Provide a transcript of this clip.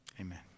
Amen